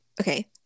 Okay